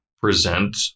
present